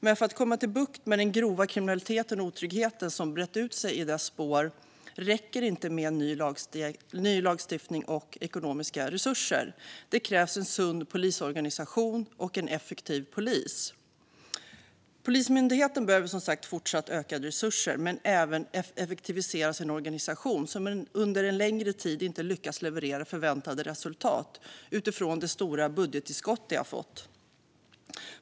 Men för att få bukt med den grova kriminaliteten och otryggheten som brett ut sig i dess spår räcker det inte med ny lagstiftning och ekonomiska resurser. Det krävs en sund polisorganisation och en effektiv polis. Polismyndigheten behöver fortfarande ökade resurser, men den behöver även effektivisera sin organisation. Under en längre tid har myndigheten inte lyckats leverera förväntade resultat utifrån de stora budgettillskott den har fått.